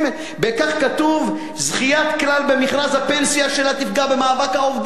וכך כתוב: זכיית "כלל" במכרז הפנסיה שלה תפגע במאבק העובדים.